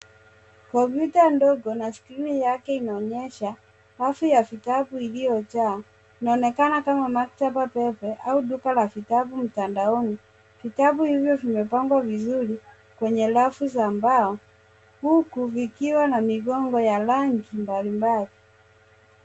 Kompyuta ndogo na skrini yake inaonyesha rafu ya vitabu iliyojaa. Inaonekana kama maktaba pepe au duka la vitabu mtandaoni. Vitabu hivyo vimepangwa vizuri kwenye rafu za mbao huku vikiwa na migongo ya rangi mbalimbali.